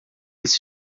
eles